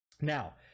Now